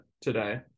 today